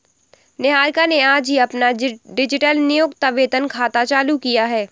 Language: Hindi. निहारिका ने आज ही अपना डिजिटल नियोक्ता वेतन खाता चालू किया है